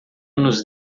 nos